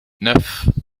neuf